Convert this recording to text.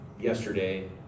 yesterday